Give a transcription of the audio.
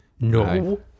No